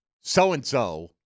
so-and-so